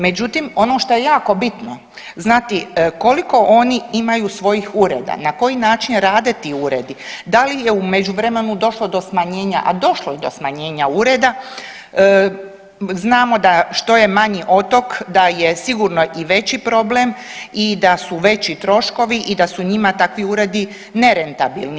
Međutim, ono što je jako bitno znati koliko oni imaju svojih ureda, na koji način rade ti uredi, da li je u međuvremenu došlo do smanjenja, a došlo je do smanjenja ureda, znamo da što je manji otok da je sigurno i veći problem i da su veći troškovi i da su njima takvi uredi nerentabilni.